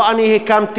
לא אני הקמתי,